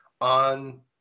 on